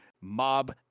Mob